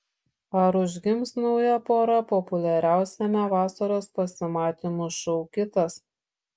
ar užgims nauja pora populiariausiame vasaros pasimatymų šou kitas